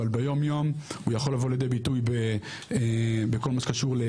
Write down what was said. אבל ביום יום הוא יכול לבוא לידי ביטוי בכל מה שקשור.